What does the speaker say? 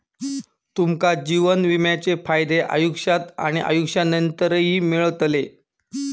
तुमका जीवन विम्याचे फायदे आयुष्यात आणि आयुष्यानंतरही मिळतले